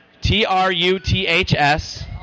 T-R-U-T-H-S